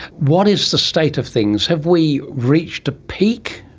what is the state of things? have we reached a peak?